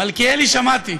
מלכיאלי, שמעתי.